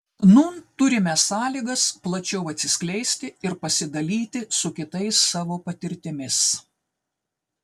nūn turime sąlygas plačiau atsiskleisti ir pasidalyti su kitais savo patirtimis